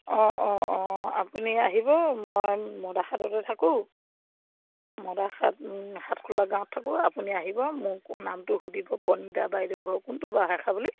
অঁ অঁ অঁ আপুনি আহিব মই মদাখাটতে থাকোঁ মদাখাট সাতখোলা গাঁৱত থাকোঁ আপুনি আহিব মোক নামটো সুধিব পণীতা বাইদেউ ঘৰ কোনটো বাৰু সেই বুলি